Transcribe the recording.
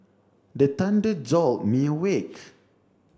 the thunder jolt me awake